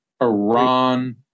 Iran